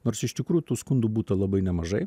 nors iš tikrųjų tų skundų būta labai nemažai